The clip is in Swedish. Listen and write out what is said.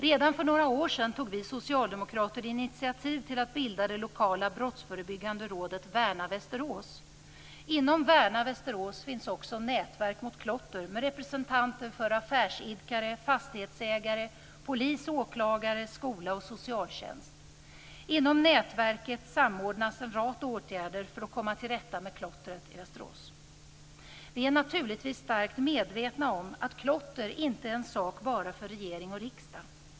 Redan för några år sedan tog vi socialdemokrater initiativ till att bilda det lokala brottsförebyggande rådet Värna Västerås. Inom Värna Västerås finns också Nätverk mot klotter med representanter för affärsidkare, fastighetsägare, polis, åklagare, skola och socialtjänst. Inom nätverket samordnas en rad åtgärder för att komma till rätta med klottret i Västerås. Vi är naturligtvis starkt medvetna om att klotter inte är en sak bara för regering och riskdag.